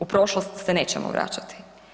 U prošlost se nećemo vraćati.